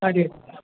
हांजी